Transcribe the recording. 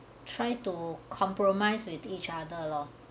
try to compromise with each other lor